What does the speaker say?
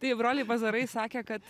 tai broliai bazarai sakė kad